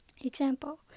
Example